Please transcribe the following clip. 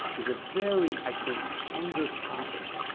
is a very, i think, tender topic